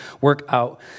workout